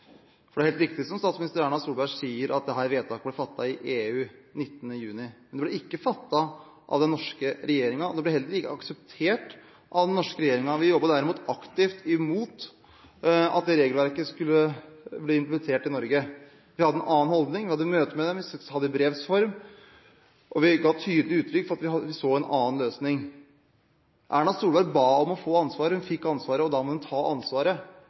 Det er helt riktig som statsminister Erna Solberg sier, at dette vedtaket ble fattet i EU, 19. juni, men det ble ikke fattet av den norske regjeringen. Det ble heller ikke akseptert av den norske regjeringen. Vi jobbet derimot aktivt imot at regelverket skulle bli implementert i Norge. Vi hadde en annen holdning, vi hadde møte med dem, vi hadde kontakt i brevs form, og vi ga tydelig uttrykk for at vi så en annen løsning. Erna Solberg ba om å få ansvaret, hun fikk ansvaret, og da må hun ta ansvaret,